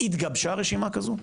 התגבשה רשימה כזו?